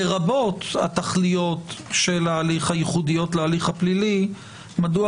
לרבות התכליות הייחודיות להליך הפלילי מדוע